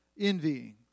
envying